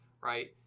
right